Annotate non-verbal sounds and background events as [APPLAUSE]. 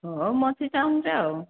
ହଉ [UNINTELLIGIBLE] ଚାହୁଁଛ ଆଉ